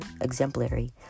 exemplary